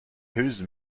whose